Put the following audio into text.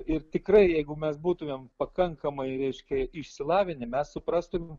ir tikrai jeigu mes būtumėm pakankamai reiškia išsilavinę mes suprastumėm